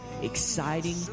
exciting